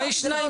זה אותו כסף...